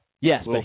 Yes